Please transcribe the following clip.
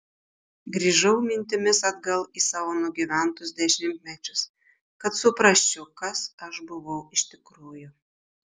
grįžau mintimis atgal į savo nugyventus dešimtmečius kad suprasčiau kas aš buvau iš tikrųjų